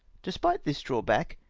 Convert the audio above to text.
despite this drawback,